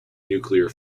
nuclear